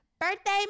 Birthday